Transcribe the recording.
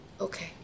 okay